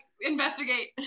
investigate